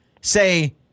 say